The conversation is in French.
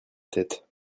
tête